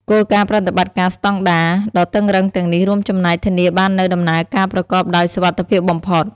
គោលការណ៍ប្រតិបត្តិការស្តង់ដារ ដ៏តឹងរ៉ឹងទាំងនេះរួមចំណែកធានាបាននូវដំណើរការប្រកបដោយសុវត្ថិភាពបំផុត។